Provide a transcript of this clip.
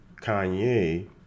Kanye